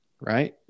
Right